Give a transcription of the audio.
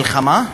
מלחמה?